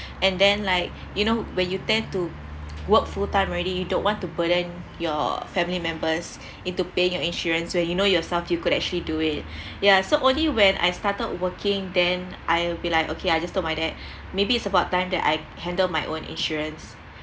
and then like you know when you tend to work full time already you don't want to burden your family members into paying your insurance where you know yourself you could actually do it yeah so only when I started working then I'll be like okay I just told my dad maybe it's about time that I handle my own insurance